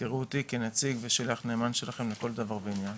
תיראו אותי כשליח נאמן שלכם לכל דבר ועניין.